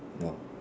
no